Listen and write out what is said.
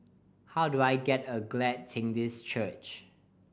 how do I get a Glad Tidings Church